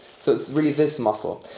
so it's really this muscle.